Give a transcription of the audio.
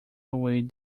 away